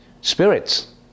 Spirits